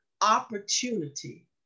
opportunity